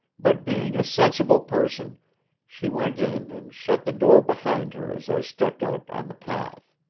but being a sensible person she went in and shut the door behind her as i stepped out on the path.